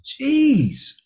jeez